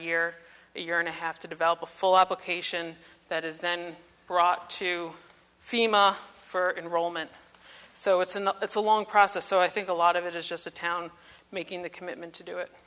year a year and a half to develop a full application that is then brought to fema for enrollment so it's an up it's a long process so i think a lot of it is just a town making the commitment to do it